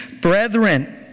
brethren